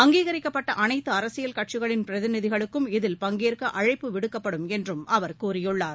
அங்கீகரிக்கப்பட்ட அனைத்து அரசியல் கட்சிகளின் பிரதிநிதிகளுக்கும் இதில் பங்கேற்க அழைப்பு விடுக்கப்படும் என்றும் அவர் கூறியுள்ளார்